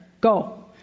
Go